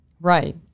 Right